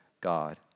God